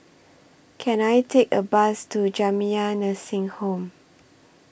Can I Take A Bus to Jamiyah Nursing Home